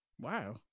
wow